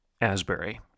Asbury